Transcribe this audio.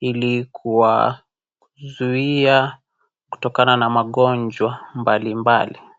ili kuwazuia kutokana na magonjwa mbali mbali.